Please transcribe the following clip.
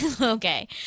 Okay